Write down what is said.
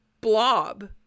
blob